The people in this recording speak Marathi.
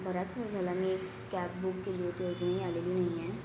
बराच वेळ झाला मी एक कॅब बुक केली होती अजूनही आलेली नाही आहे